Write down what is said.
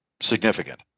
significant